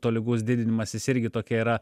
tolygus didinimas jis irgi tokia yra